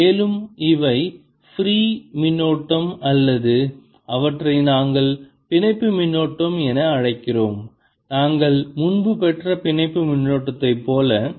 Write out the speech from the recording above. மேலும் இவை ஃப்ரீ மின்னோட்டம் அல்ல அவற்றை நாங்கள் பிணைப்பு மின்னோட்டம் என அழைக்கிறோம் நாங்கள் முன்பு பெற்ற பிணைப்பு மின்னூட்டத்தை போல ஆகும்